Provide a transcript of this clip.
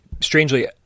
strangely